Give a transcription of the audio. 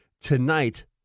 tonight